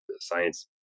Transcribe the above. science